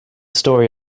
story